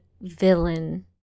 villain